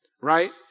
right